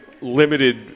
limited